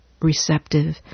receptive